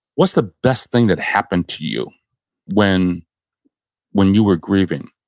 what's the best thing that happened to you when when you were grieving?